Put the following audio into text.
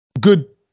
good